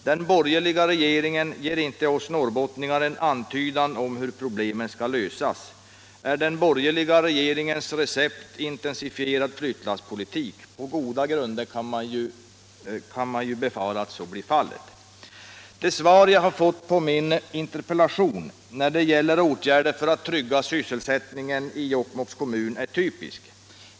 Den borgerliga regeringen ger inte oss norrbottningar en antydan om hur problemen skall lösas. Är den borgerliga regeringens recept intensifierad flyttlasspolitik? På goda grunder kan man befara att så blir fallet. Det svar jag har fått på min interpellation när det gäller åtgärder för att trygga sysselsättningen i Jokkmokks kommun är typiskt.